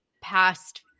past